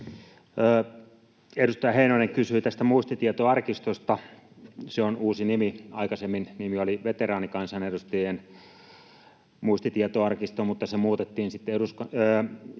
Edustaja Heinonen kysyi tästä muistitietoarkistosta. Se on uusi nimi. Aikaisemmin nimi oli Veteraanikansanedustajien muistitietoarkisto, mutta se muutettiin sitten Eduskunnan